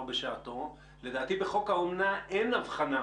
בשעתו לדעתי בחוק האומנה אין אבחנה